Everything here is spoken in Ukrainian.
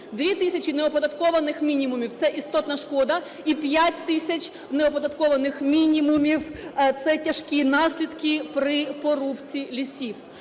2 тисячі неоподаткованих мінімумів – це істотна шкода, і 5 тисяч неоподаткованих мінімумів – це тяжкі наслідки при порубці лісів.